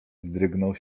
wzdrygnął